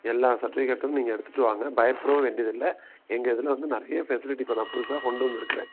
எல்லா சர்ட்டிவிக்கேட்டும் நீங்கள் எடுத்துகிட்டு வாங்க பயப்படவும் வேண்டியதில்லை எங்கள் இதில் வந்து நிறைய ஃபெசிலிட்டி இப்போ நான் புதுசாக கொண்டு வந்திருக்கறேன்